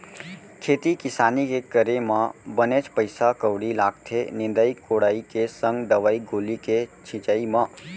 खेती किसानी के करे म बनेच पइसा कउड़ी लागथे निंदई कोड़ई के संग दवई गोली के छिंचाई म